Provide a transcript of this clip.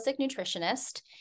nutritionist